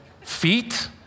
Feet